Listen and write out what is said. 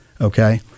Okay